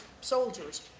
soldiers